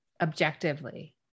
objectively